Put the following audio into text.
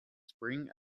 spring